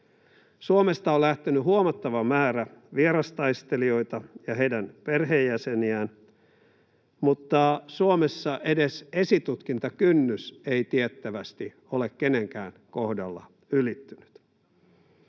Suomesta on lähtenyt huomattava määrä vierastaistelijoita ja heidän perheenjäseniään, mutta Suomessa edes esitutkintakynnys ei tiettävästi ole kenenkään kohdalla ylittynyt.